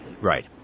Right